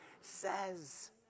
says